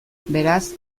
beraz